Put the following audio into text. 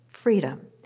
freedom